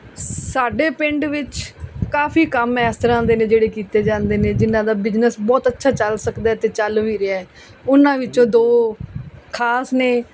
ਸਾਡੇ ਪਿੰਡ ਵਿੱਚ ਕਾਫੀ ਕੰਮ ਇਸ ਤਰ੍ਹਾਂ ਦੇ ਨੇ ਜਿਹੜੇ ਕੀਤੇ ਜਾਂਦੇ ਨੇ ਜਿਹਨਾਂ ਦਾ ਬਿਜਨਸ ਬਹੁਤ ਅੱਛਾ ਚੱਲ ਸਕਦਾ ਅਤੇ ਚੱਲ ਵੀ ਰਿਹਾ ਹੈ ਉਹਨਾਂ ਵਿੱਚੋਂ ਦੋ ਖਾਸ ਨੇ